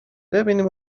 ببینیم